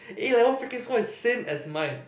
A level freaking score is same as mine